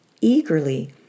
eagerly